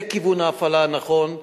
זה כיוון ההפעלה הנכון.